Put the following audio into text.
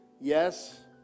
Yes